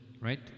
Right